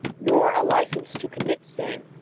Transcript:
nor a license to commit sin,